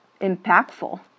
impactful